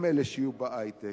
הם אלה שיהיו בהיי-טק,